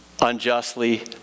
unjustly